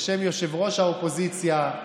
בשם ראש האופוזיציה,